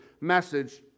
message